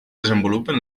desenvolupen